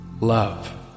love